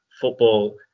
football